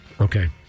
Okay